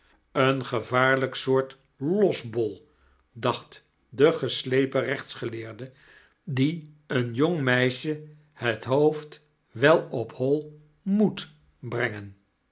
een gevaarlijk sioort losbol dacht de geslepen rechtsgeleetrcte die een jong medsjfi het hoofd wel op hoi moet brengen